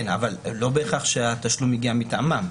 כן, אבל לא בהכרח שהתשלום הגיע מטעמם.